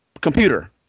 computer